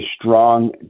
strong